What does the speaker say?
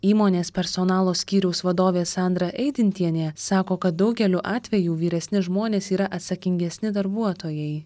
įmonės personalo skyriaus vadovė sandra eidintienė sako kad daugeliu atvejų vyresni žmonės yra atsakingesni darbuotojai